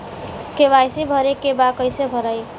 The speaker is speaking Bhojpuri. के.वाइ.सी भरे के बा कइसे भराई?